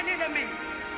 enemies